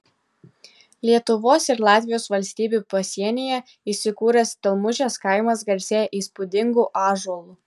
lietuvos ir latvijos valstybių pasienyje įsikūręs stelmužės kaimas garsėja įspūdingu ąžuolu